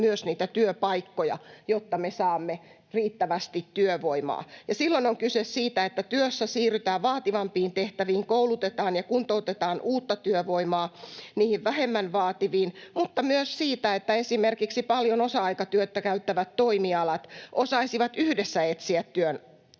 myös niitä työpaikkoja, jotta me saamme riittävästi työvoimaa. Silloin on kyse siitä, että työssä siirrytään vaativampiin tehtäviin, koulutetaan ja kuntoutetaan uutta työvoimaa niihin vähemmän vaativiin, mutta myös siitä, että esimerkiksi paljon osa-aikatyötä käyttävät toimialat osaisivat yhdessä etsiä